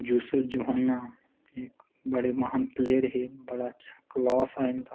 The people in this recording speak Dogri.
यूसुफ योहाना बड़े महान प्लेयर हे बड़ा अच्छा क्लॉस हा इं'दा